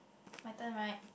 my turn right